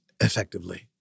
effectively